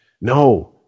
No